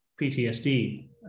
PTSD